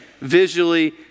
visually